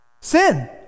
Sin